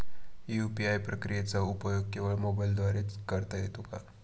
UPI प्रक्रियेचा उपयोग केवळ मोबाईलद्वारे च करता येतो का?